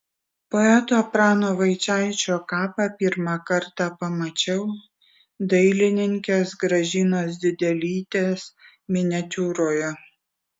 poeto prano vaičaičio kapą pirmą kartą pamačiau dailininkės gražinos didelytės miniatiūroje